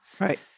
Right